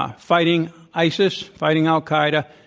ah fighting isis, fighting al-qaeda,